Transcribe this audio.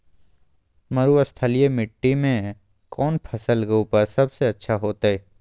मरुस्थलीय मिट्टी मैं कौन फसल के उपज सबसे अच्छा होतय?